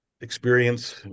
experience